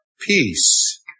Peace